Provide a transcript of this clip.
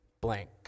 blank